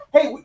Hey